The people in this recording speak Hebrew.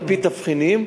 על-פי תבחינים,